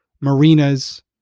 marinas